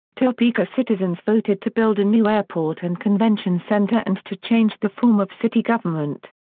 topeka citizens voted to build a new airport and convention center and to change the form of city government.